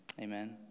Amen